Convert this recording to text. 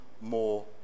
more